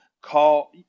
call